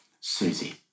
Susie